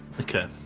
Okay